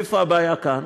איפה הבעיה כאן?